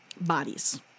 bodies